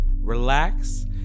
relax